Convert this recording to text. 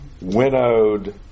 winnowed